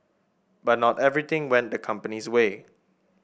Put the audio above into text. but not everything went the company's way